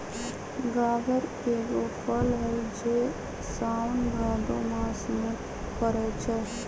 गागर एगो फल हइ जे साओन भादो मास में फरै छै